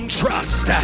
trust